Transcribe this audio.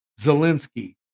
Zelensky